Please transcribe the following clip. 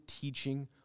teaching